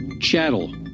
chattel